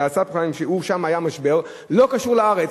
והסאב-פריים ששם היה במשבר לא קשור לארץ.